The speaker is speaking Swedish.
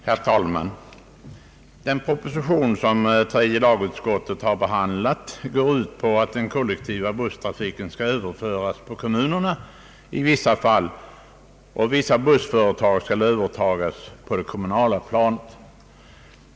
Herr talman! Den proposition som tredje lagutskottet har behandlat går ut på att kollektiv busstrafik i vissa fall skall kunna övertagas av kommunerna.